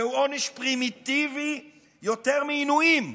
זהו עונש פרימיטיבי יותר מעינויים,